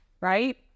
right